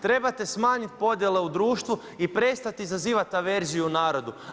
Trebate smanjiti podjele u društvu i prestati izazivat averziju u narodu.